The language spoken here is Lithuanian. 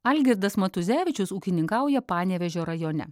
algirdas matuzevičius ūkininkauja panevėžio rajone